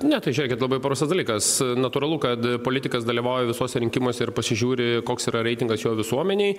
ne tai žiūrėkit labai paprastas dalykas natūralu kad politikas dalyvauja visuose rinkimuose ir pasižiūri koks yra reitingas jo visuomenėj